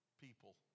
people